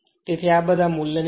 તેથી આ બધા મૂલ્યને મૂકો